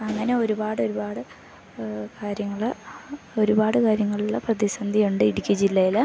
അങ്ങനെ ഒരുപാട് ഒരുപാട് കാര്യങ്ങൾ ഒരുപാട് കാര്യങ്ങളിൽ പ്രതിസന്ധിയുണ്ട് ഇടുക്കി ജില്ലയിൽ